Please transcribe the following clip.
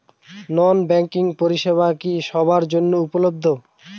নন banking পরিষেবা কি সবার জন্য উপলব্ধ?